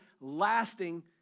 lasting